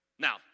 Now